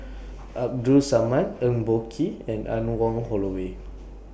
Abdul Samad Eng Boh Kee and Anne Wong Holloway